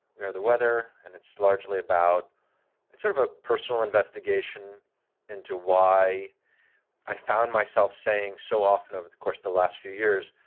we are the weather. and it's largely about it's sort of a personal investigation into why i found myself saying so often over the course of the last few years,